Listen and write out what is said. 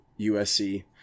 USC